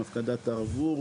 עם הפקדת ערבות,